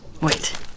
Wait